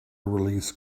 release